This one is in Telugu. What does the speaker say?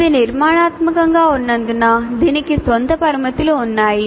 ఇది నిర్మాణాత్మకంగా ఉన్నందున దీనికి సొంత పరిమితులు ఉన్నాయి